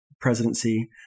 presidency